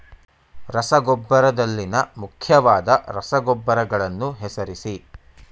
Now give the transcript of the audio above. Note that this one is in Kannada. ರಸಗೊಬ್ಬರದಲ್ಲಿನ ಮುಖ್ಯವಾದ ರಸಗೊಬ್ಬರಗಳನ್ನು ಹೆಸರಿಸಿ?